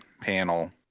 panel